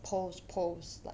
pose pose like